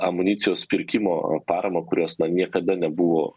amunicijos pirkimo paramą kurios niekada nebuvo